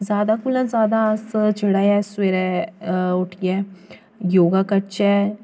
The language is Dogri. जैदा कोला जैदा अस जेह्ड़ा ऐ सवेरे उट्ठियै योग करचै